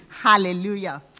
Hallelujah